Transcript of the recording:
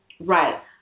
Right